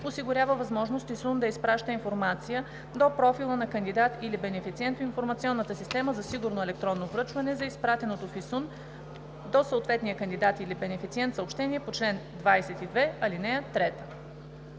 осигурява възможност ИСУН да изпраща информация до профила на кандидат или бенефициент в информационната система за сигурно електронно връчване за изпратеното в ИСУН до съответния кандидат или бенефициент съобщение по чл. 22, ал. 3.“